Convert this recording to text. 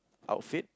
outfit